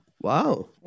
Wow